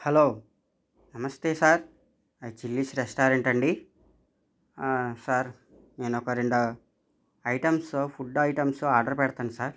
hello నమస్తే sir Chillies రెస్టారెంటా అండి ఆ సార్ నేను ఒక రెండు ఐటమ్స్ ఫుడ్ ఐటమ్స్ ఆర్డర్ పెడతాను సార్